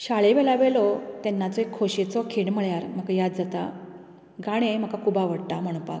शाळे वेळा वयलो तेन्नाचो एक खोशयेचो खीण म्हळ्यार म्हाका याद जाता गाणें म्हाका खूब आवडटा म्हणपाक